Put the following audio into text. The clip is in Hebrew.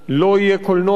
לא יהיה קולנוע,